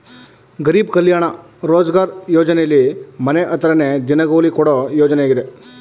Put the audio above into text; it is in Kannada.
ಗರೀಬ್ ಕಲ್ಯಾಣ ರೋಜ್ಗಾರ್ ಯೋಜನೆಲಿ ಮನೆ ಹತ್ರನೇ ದಿನಗೂಲಿ ಕೊಡೋ ಯೋಜನೆಯಾಗಿದೆ